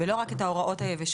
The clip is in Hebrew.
ולא רק את ההוראות היבשות.